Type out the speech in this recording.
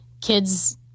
kids